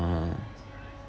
uh